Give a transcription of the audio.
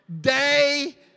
day